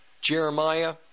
Jeremiah